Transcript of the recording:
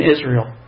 Israel